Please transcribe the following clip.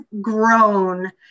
grown